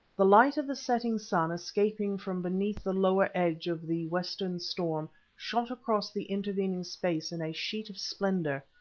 the light of the setting sun escaping from beneath the lower edge of the western storm shot across the intervening space in a sheet of splendour,